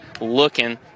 looking